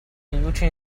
fiducia